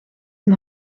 een